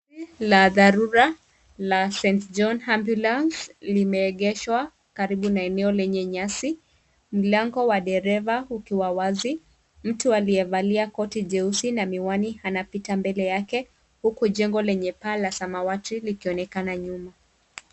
Gari la dharura la St. John ambulance limeegeshwa karibu na eneo lenye nyasi. Mlango wa dereva ukiwa wazi. Mtu aliyevalia kote jeusi na miwani anapita mbele yake, huku jengo lenye paa la samawati likionekana nyuma.